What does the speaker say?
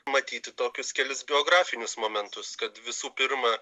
matyti tokius kelis biografinius momentus kad visų pirma